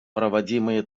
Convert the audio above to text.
проводимые